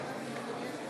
(מחיאות כפיים)